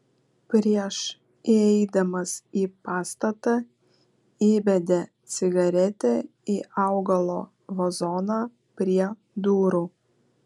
prieš įeidamas į pastatą įbedė cigaretę į augalo vazoną prie durų